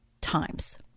times